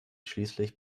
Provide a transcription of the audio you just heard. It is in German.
schließlich